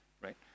right